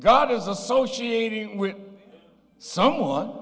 god is associated with someone